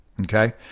Okay